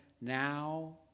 now